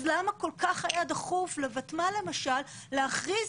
אז למה היה כל כך היה דחוף לוותמ"ל למשל להכריז